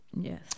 Yes